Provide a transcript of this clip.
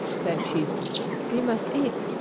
said she we must eat.